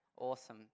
Awesome